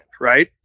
right